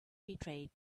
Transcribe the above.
betrayed